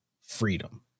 freedom